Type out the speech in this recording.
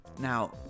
Now